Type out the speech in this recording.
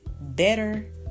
Better